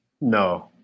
No